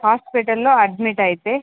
హాస్పటల్లో admit అయితే